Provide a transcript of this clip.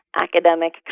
academic